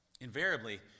invariably